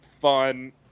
fun